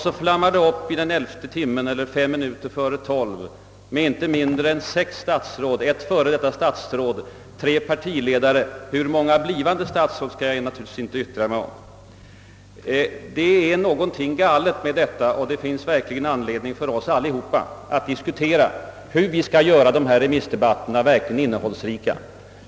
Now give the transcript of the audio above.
Så flammar det i elfte timmen — eller snarare fem minuter före tolv — upp en debatt med inte mindre än sex statsråd, ett före detta statsråd och tre partiledare närvarande; hur många blivande statsråd här är skall jag naturligtvis inte yttra mig om. Det är någonting galet med detta, och det finns sannerligen anledning för oss alla att diskutera hur vi skall göra remissdebatterna innehållsrika.